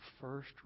first